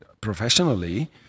professionally